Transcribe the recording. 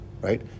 right